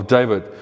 David